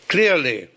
Clearly